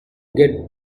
get